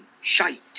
shite